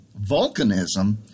volcanism